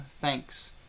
thanks